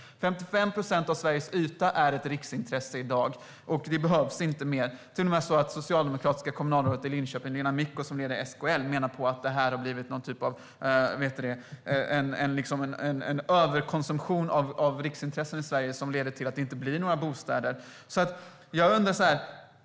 55 procent av Sveriges yta är ett riksintresse i dag, och det behövs inte mer. Det är till och med så att det socialdemokratiska kommunalrådet i Linköping, Lena Micko, som leder SKL menar att det har blivit en överkonsumtion av riksintressen i Sverige som leder till att det inte blir några bostäder.